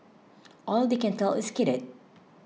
all they can tell is skidded